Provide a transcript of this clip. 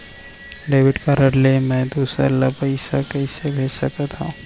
Debit card ले मैं दूसर ला पइसा कइसे भेज सकत हओं?